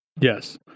Yes